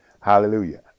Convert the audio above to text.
Hallelujah